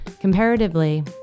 Comparatively